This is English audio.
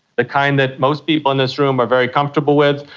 the kind that most people in this room are very comfortable with,